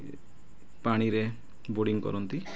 ପାଣିରେ ବୋର୍ଡିଂ କରନ୍ତି